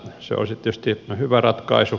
se olisi tietysti hyvä ratkaisu